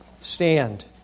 Stand